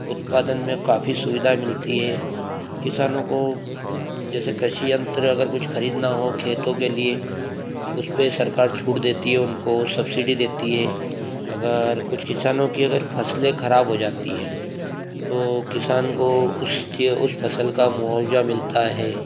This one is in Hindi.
उत्पादन में काफी सुविधा मिलती है किसानों को जैसे कृषि यंत्र अगर कुछ खरीदना हो खेतों के लिए उस पर सरकार छूट देती है उनको सब्सिडी देती है अगर कुछ किसानों की अगर फसलें खराब हो जाती है तो किसान को उस के उस फसल का मुआवजा मिलता है